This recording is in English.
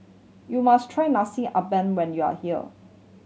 you must try Nasi Ambeng when you are here